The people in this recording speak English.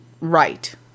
right